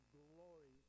glory